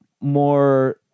more